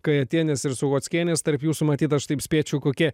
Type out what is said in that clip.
kajatienės ir suchockienės tarp jūsų matyt aš taip spėčiau kokie